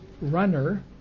runner